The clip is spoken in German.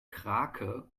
krake